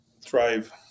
thrive